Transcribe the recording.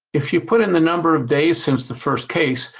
if you put in the number of days since the first case,